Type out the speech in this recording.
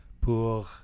pour